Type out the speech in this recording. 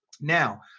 Now